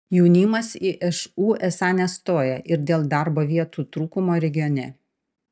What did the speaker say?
jaunimas į šu esą nestoja ir dėl darbo vietų trūkumo regione